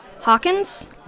Hawkins